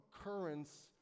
occurrence